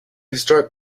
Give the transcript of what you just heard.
historic